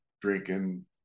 drinking